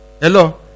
Hello